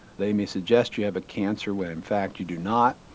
they may suggest you have a cancer when in fact you do not.